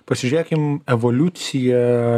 pasižiūrėkim evoliuciją